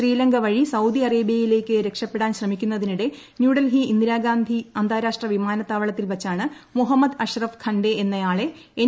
ശ്രീലങ്ക വഴി സൌദി അറേബൃയിലേക്ക് രക്ഷപ്പെടാൻ ്യശ്രമിക്ക്ുന്നതിനിടെ ന്യൂഡൽഹി ഇന്ദിരാഗാന്ധി അന്താരാഷ്ട്ര വിമാന്നത്താവളത്തിൽ വച്ചാണ് മുഹമ്മദ് അഷറഫ് ഖൻഡേ എന്നയാള്ള എൻ